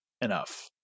enough